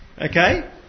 Okay